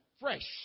fresh